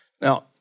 Now